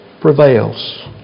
prevails